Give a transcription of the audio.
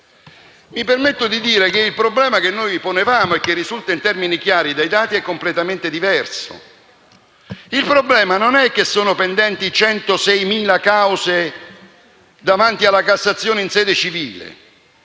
Mi permetto di dire che il problema che ponevamo e che risulta in termini chiari dai dati è completamente diverso. Il problema non è che sono pendenti 106.000 cause davanti alla Corte di cassazione in sede civile,